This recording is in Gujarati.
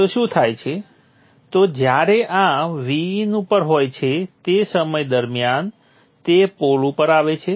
તો શું થાય છે તો જ્યારે આ vin ઉપર હોય છે તે સમય દરમિયાન તે પોલ ઉપર આવે છે